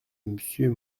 monsieur